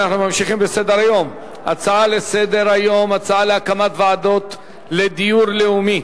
אנחנו ממשיכים בסדר-היום: ההצעה להקים ועדות לדיור לאומי,